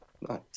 Nice